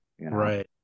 Right